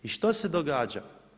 I što se događa?